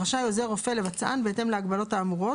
רשאי עוזר רופא לבצען בהתאם להגבלות האמורות,